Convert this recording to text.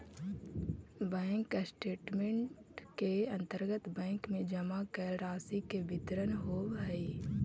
bank statement के अंतर्गत bank में जमा कैल राशि के विवरण होवऽ हइ